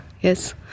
Yes